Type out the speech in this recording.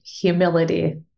humility